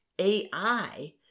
AI